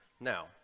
Now